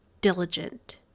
diligent